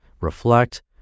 reflect